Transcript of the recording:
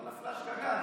לא נפלה שגגה.